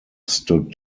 stood